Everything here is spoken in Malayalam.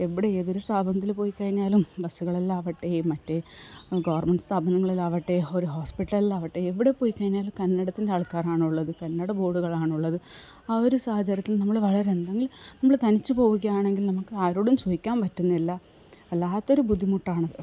എവിടെ ഏതൊരു സ്ഥാപനത്തിൽ പോയി കഴിഞ്ഞാലും ബസുകളെല്ലാം ആവട്ടെ മറ്റേ ഗവൺമെൻറ് സ്ഥാപനങ്ങളിലാവട്ടെ ഒരു ഹോസ്പിറ്റലിലാവട്ടെ എവിടെ പോയി കഴിഞ്ഞാലും കന്നഡത്തിൻ്റെ ആൾക്കാരാണുള്ളത് കന്നഡ ബോർഡുകളാണുള്ളത് ആ ഒരു സാഹചര്യത്തിൽ നമ്മൾ വളരെ എന്തെങ്കിലും നമ്മൾ തനിച്ച് പോവുകയാണെങ്കിൽ നമുക്ക് ആരോടും ചോദിക്കാൻ പറ്റുന്നില്ല വല്ലാത്തൊരു ബുദ്ധിമുട്ടാണത്